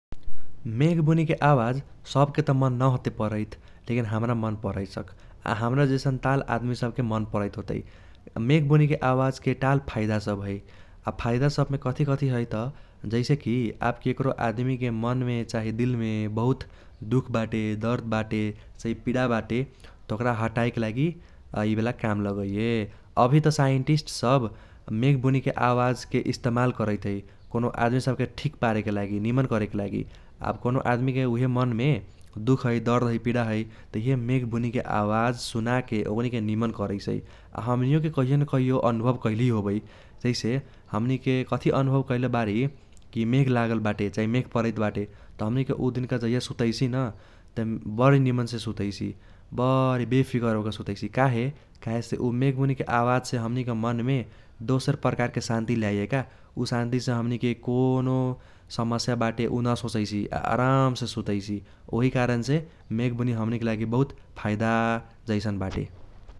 मेघबुनीके आवाज सबके त मन न होतै परैत लेकिन हम्रा मन परैसक । आ हम्रा जैसन टाल आदमी सबके मन परैत होतै । मेघबुनीके आवाजके टाल फाइदा सब है । आब फाइदा सबमे कथी कथी है त जैसे कि आब केक्रो आदमीके मनमे चाही दिलमे बहुत दुख बाटे दर्द बाटे चाही पीडा बाटे त ओक्रा हटाएके लागि है बाला काम लगैये । अभी त साइंटिस्ट्स सब मेघबुनीके आवाजके इस्तमाल करैत है, कौनो आदमी सबके ठीक पारेके लागि निमन करेके लागि । आब कौनो आदमीके उइहे मनमे दुख है दर्द है पीडा है त इहे मेघबुनीके आवाज सुनाके ओक्नी निमन करैसै । आ हमणियोके कहियो न कहियो अनुभव कैलिही होबै जैसे हमनीके कथी अनुभव बारी कि मेघ लागल बाटे चाही मेघ परैत बाटे त हमनीके उ दिनका जाहिया सुतैसि न त बरी निमनसे सुतैसि, बरी बेफिकर होके सुतैसि काहे काहेसे उ मेघबुनीके आवाजसे हमनीके मनमे दोसर प्रकारके सान्ती ल्याईये का । उ सान्तीसे हमनीके कौनो समस्या बाटे उ न सोचैसि, आ आरामसे सुतैसि । ओहि कारणसे मेघबुनी हमनीके लागि बहुत फाइदा जैसन बाटे।